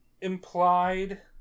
implied